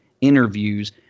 interviews